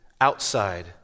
outside